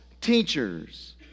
teachers